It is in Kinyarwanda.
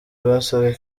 rwasabwe